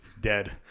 Dead